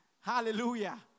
Hallelujah